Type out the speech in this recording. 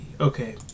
Okay